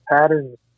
patterns